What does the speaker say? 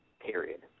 Period